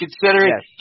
considering